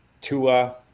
Tua